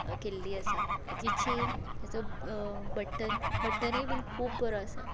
केल्ली आसा ताची चॅन ताचो बटन बटनूय बी खूब बरो आसा